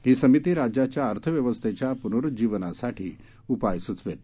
ही समिती राज्याच्या अर्थव्यवस्थेच्या पूनरुज्जीवनासाठी उपाय सूचवेल